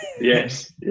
Yes